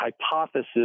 hypothesis